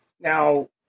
Now